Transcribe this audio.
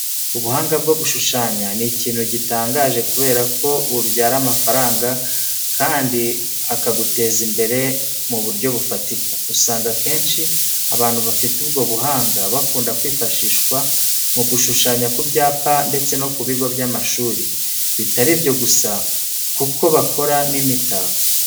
Ubuhanga bwo gushushanya ni ikintu gitangaje kubera ko bubyara amafaranga kandi akaguteza imbere mu buryo bufatika. Usanga akenshi abantu bafite ubwo buhanga bakunda kwifashishwa mu gushushanya ku byapa ndetse no ku bigo by'amashuri, bitari ibyo gusa kuko bakora n'imitako.